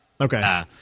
Okay